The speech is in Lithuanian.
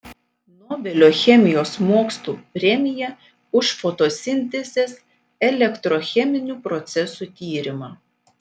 nobelio chemijos mokslų premija už fotosintezės elektrocheminių procesų tyrimą